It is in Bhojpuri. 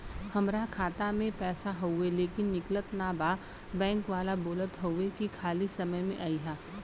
हमार खाता में पैसा हवुवे लेकिन निकलत ना बा बैंक वाला बोलत हऊवे की खाली समय में अईहा